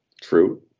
True